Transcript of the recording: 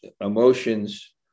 emotions